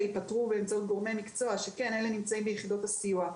ייפתרו באמצעות גורמי מקצוע שנמצאים ביחידות הסיוע,